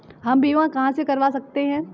हम बीमा कहां से करवा सकते हैं?